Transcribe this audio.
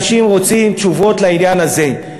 אנשים רוצים תשובות לעניין הזה,